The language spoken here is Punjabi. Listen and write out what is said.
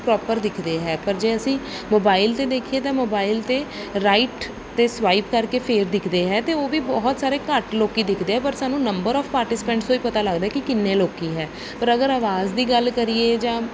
ਪ੍ਰੋਪਰ ਦਿਖਦੇ ਹੈ ਪਰ ਜੇ ਅਸੀਂ ਮੋਬਾਈਲ 'ਤੇ ਦੇਖੀਏ ਤਾਂ ਮੋਬਾਈਲ 'ਤੇ ਰਾਈਟ 'ਤੇ ਸਵਾਈਪ ਕਰਕੇ ਫਿਰ ਦਿਖਦੇ ਹੈ ਅਤੇ ਉਹ ਵੀ ਬਹੁਤ ਸਾਰੇ ਘੱਟ ਲੋਕ ਦਿਖਦੇ ਹੈ ਪਰ ਸਾਨੂੰ ਨੰਬਰ ਓਫ ਪਾਰਟੀਸੀਪੈਂਟਸ ਤੋਂ ਹੀ ਪਤਾ ਲੱਗਦਾ ਹੈ ਕੀ ਕਿੰਨੇ ਲੋਕ ਹੈ ਪਰ ਅਗਰ ਅਵਾਜ਼ ਦੀ ਗੱਲ ਕਰੀਏ ਜਾਂ